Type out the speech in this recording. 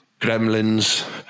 Gremlins